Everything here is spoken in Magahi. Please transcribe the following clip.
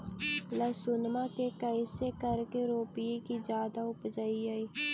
लहसूनमा के कैसे करके रोपीय की जादा उपजई?